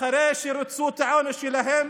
אחרי שריצו את העונש שלהם